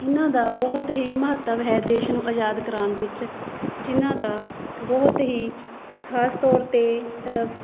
ਇਹਨਾਂ ਦਾ ਬਹੁਤ ਹੀ ਮਹੱਤਵ ਹੈ ਦੇਸ਼ ਨੂੰ ਆਜ਼ਾਦ ਕਰਵਾਉਣ ਵਿੱਚ ਜਿਨ੍ਹਾਂ ਦਾ ਬਹੁਤ ਹੀ ਖਾਸ ਤੌਰ 'ਤੇ